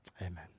Amen